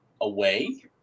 away